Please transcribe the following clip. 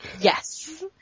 Yes